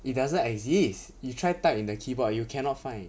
it doesn't exist you try type in the keyboard you cannot find